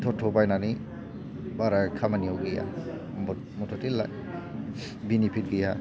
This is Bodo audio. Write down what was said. टट' बायनानै बारा खामानियाव गैया मुथते लाभ बेनिफित गैया